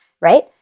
right